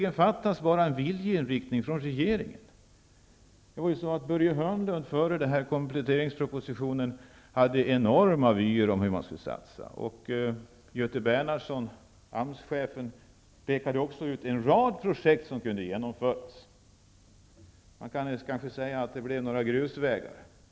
Det fattas egentligen bara en viljeinriktning från regeringen. Börje Hörnlund hade ju enorma vyer om hur man skulle satsa innan kompletteringspropositionen kom. Göte Bernhardsson, AMS-chefen, pekade också ut en rad projekt som kunde genomföras. Man kan kanske säga att det blev några grusvägar.